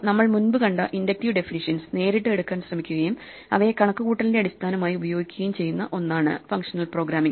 നമ്മൾ മുൻപ് കണ്ട ഇൻഡക്റ്റീവ് ഡെഫിനിഷ്യൻസ് നേരിട്ട് എടുക്കാൻ ശ്രമിക്കുകയും അവയെ കണക്കുകൂട്ടലിന്റെ അടിസ്ഥാനമായി ഉപയോഗിക്കുകയും ചെയ്യുന്ന ഒന്നാണ് ഫങ്ഷണൽ പ്രോഗ്രാമിംഗ്